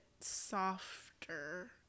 softer